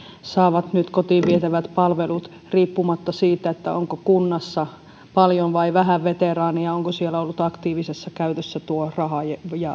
saavat nyt kotiin vietävät palvelut riippumatta siitä onko kunnassa paljon vai vähän veteraaneja onko siellä ollut aktiivisessa käytössä tuo raha